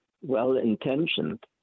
well-intentioned